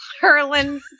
Hurling